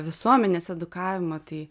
visuomenės edukavimo tai